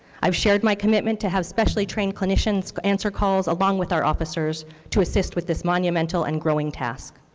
i have shared my commitment to have specially trained clinicians answer calls along with our officers to assist with this monumental and growing task.